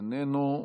איננו.